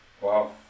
Wow